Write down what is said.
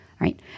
right